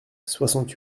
soixante